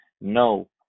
no